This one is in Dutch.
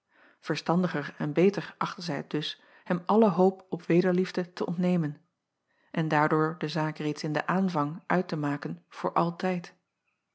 verstandiger en beter achtte zij het dus hem alle hoop op wederliefde te ontnemen en daardoor de zaak reeds in den aanvang uit te maken voor altijd